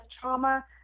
trauma